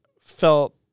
felt